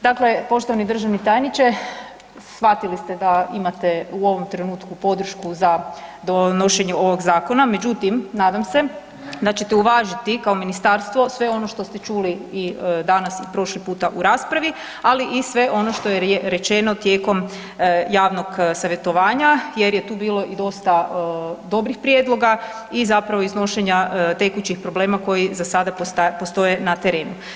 Dakle, poštovani državni tajniče, shvatili ste da imate u ovom trenutku podršku za donošenje ovog zakona, međutim nadam se da ćete uvažiti kao ministarstvo sve ono što ste čuli i danas i prošli puta u raspravi, ali i sve ono što je rečeno tijekom javnog savjetovanja jer je tu bilo i dosta dobrih prijedloga i zapravo iznošenja tekućih problema koji za sada postoje na terenu.